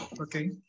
Okay